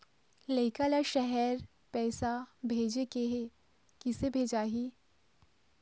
लइका ला शहर पैसा भेजें के हे, किसे भेजाही